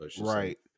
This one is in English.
right